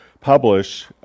publish